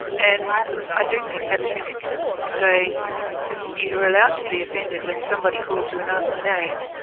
and i do think that's ridiculous, to say you're allowed to be offended when somebody calls you a nasty name,